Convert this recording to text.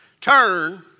turn